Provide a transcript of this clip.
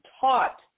taught